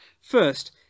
First